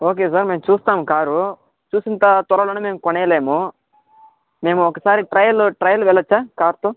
okay sir మేము చూస్తాము car చూసిన త త్వరలోనే మేము కొనేయలేము మేము ఒకసారి ట్రయలు ట్రయలు వెల్లొచ్చా కార్తో